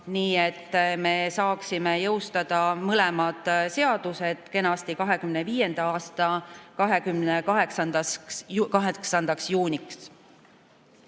nii et me saaksime jõustada mõlemad seadused kenasti 2025. aasta 28. juuniks.